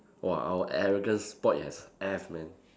!wah! our arrogance spoilt as F man